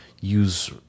use